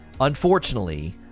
unfortunately